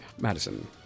Madison